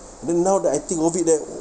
then now that I think of it leh